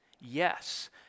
Yes